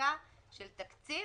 חקיקה של תקציב.